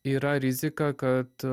yra rizika kad